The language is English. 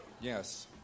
Yes